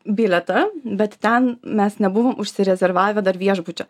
bilietą bet ten mes nebuvom užsirezervavę dar viešbučio